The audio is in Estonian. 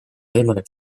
võimalik